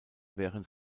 während